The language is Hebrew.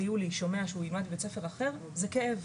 ביולי הוא שומע שהוא ילמד בבית ספר אחר-זה כאב,